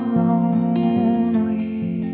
lonely